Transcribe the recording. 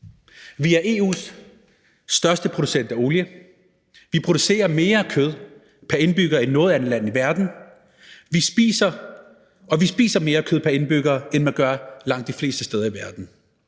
Vi er EU's største producent af olie. Vi producerer mere kød pr. indbygger end noget andet land i verden, og vi spiser mere kød pr. indbygger, end man gør langt de fleste andre steder i verden.